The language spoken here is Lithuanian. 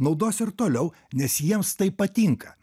naudos ir toliau nes jiems tai patinka